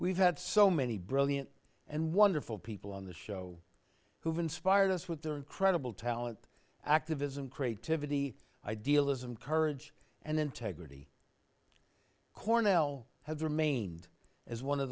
we've had so many brilliant and wonderful people on the show who've inspired us with their incredible talent activism creativity idealism courage and integrity cornell has remained as one of